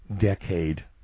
decade